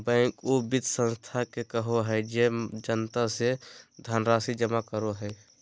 bank उ वित संस्था के कहो हइ जे जनता से धनराशि जमा करो हइ